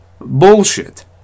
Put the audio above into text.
bullshit